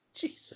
Jesus